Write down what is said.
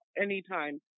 anytime